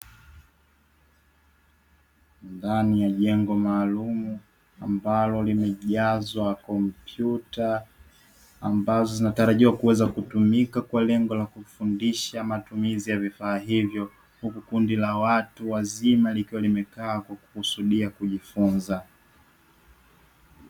Ndani ya jengo maalumu ambalo limejazwa kompyuta, ambazo zinatarajiwa kuweza kutumika kwa lengo la kufundisha matumizi ya vifaa hivyo, huku kundi la watu wazima likiwa limekaa kwa kukusudia kujifunza.